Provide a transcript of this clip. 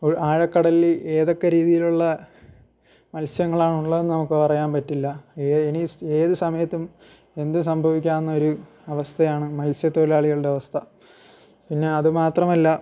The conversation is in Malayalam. ഒരു ആഴക്കടലിൽ ഏതൊക്കെ രീതിയിലുള്ള മത്സ്യങ്ങളാണുള്ളതെന്ന് നമുക്ക് പറയാൻ പറ്റില്ല ഏയ് ഇനി ഏത് സമയത്തും എന്തും സംഭവക്കാവുന്ന ഒരു അവസ്ഥയാണ് മത്സ്യ തൊഴിലാളികളുടെ അവസ്ഥ പിന്നെ അത് മാത്രമല്ല